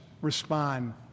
respond